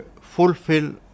fulfill